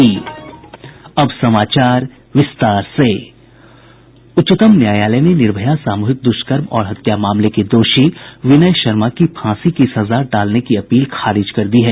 उच्चतम न्यायालय ने निर्भया सामूहिक दुष्कर्म और हत्या मामले के दोषी विनय शर्मा की फांसी की सजा टालने की अपील खारिज कर दी है